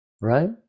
right